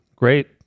Great